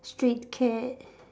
stray cat